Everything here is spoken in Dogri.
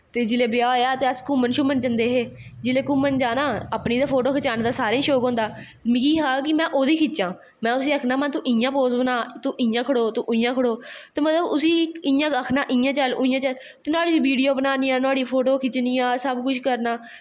ते जिसलै ब्याह् होया ते अस घूमन शूमन जंदे हे जिसलै घूमन जाना अपनीं फोटो खचानें दा सारें गी शौंक होंदा मिगी हा कि में ओह्दी खिच्चां मे आक्खनां महां तूं इयां पोज़ बना इयां खड़ो ते मतलव उसी आक्खनां इयां चल उआं चल ते नोहाड़ियां वीडियो बनानियां नोहाड़ियां फोटोआं खिच्चनियां सब कुश करनां